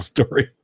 Story